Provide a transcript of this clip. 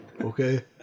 Okay